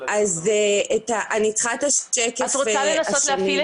ובעצם ההצעה הזו אמרה שאנחנו נקים את